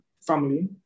family